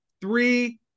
three